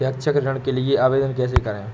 शैक्षिक ऋण के लिए आवेदन कैसे करें?